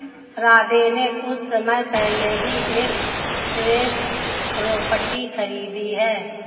राधे ने कुछ समय पहले ही एक ट्रस्ट प्रॉपर्टी खरीदी है